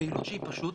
פעילות שהיא פשוט